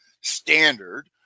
standard